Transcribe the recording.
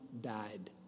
died